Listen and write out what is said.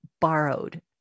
borrowed